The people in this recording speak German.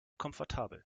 komfortabel